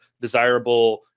desirable